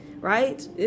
right